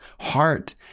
heart